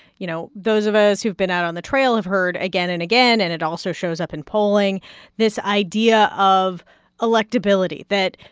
you know, those of us who've been out on the trail have heard again and again. and it also shows up in polling this idea of electability that,